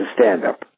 stand-up